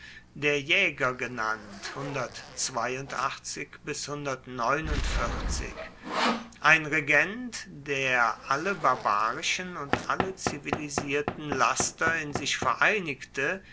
der jäger genannt ein regent der alle barbarischen und alle zivilisierten laster in sich vereinigte